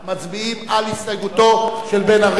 מצביעים על הסתייגותו של בן-ארי.